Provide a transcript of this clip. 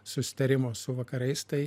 susitarimo su vakarais tai